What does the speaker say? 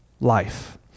life